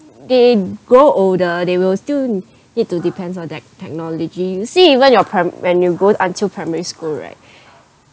they grow older they will still need to depends on tech~ technology you see even you're pri~ when you go until primary school right